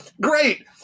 great